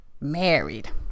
married